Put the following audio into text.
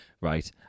Right